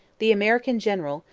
the american general,